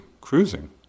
cruising